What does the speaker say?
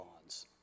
bonds